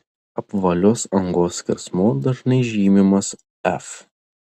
apvalios angos skersmuo dažnai žymimas f